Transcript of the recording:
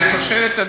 אני חושבת,